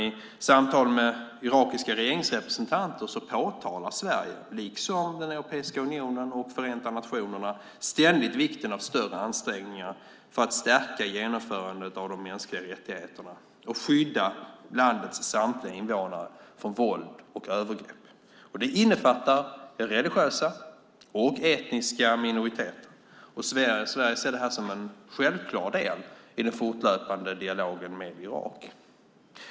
I samtal med irakiska regeringsrepresentanter påtalar Sverige liksom Europeiska unionen och Förenta nationerna ständigt vikten av större ansträngningar för att stärka genomförandet av de mänskliga rättigheterna och skydda landets samtliga invånare från våld och övergrepp. Det innefattar religiösa och etniska minoriteter. Sverige ser det här som en självklar del i den fortlöpande dialogen med Irak.